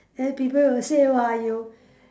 then people will say !wah! you